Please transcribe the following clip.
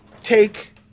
take